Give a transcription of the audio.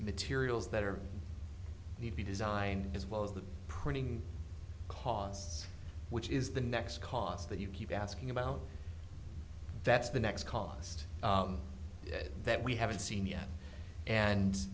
materials that are need be designed as well as the printing costs which is the next cost that you keep asking about that's the next cost that we haven't seen yet and